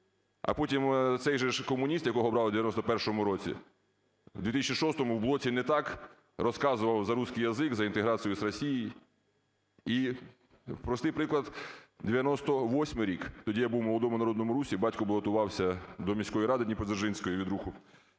А потім цей же ж комуніст, якого обрали в 91-му році, в 2006-му в блоці "Не так!" розказував за русский язык, за интеграцию с Россией. І простий приклад, 98-й рік, тоді я був в Молодому Народному Русі, батько балотувався до міської ради Дніпродзержинської від Руху,